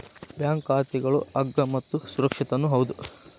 bank ಖಾತಾಗಳು ಅಗ್ಗ ಮತ್ತು ಸುರಕ್ಷಿತನೂ ಹೌದು